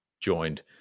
joined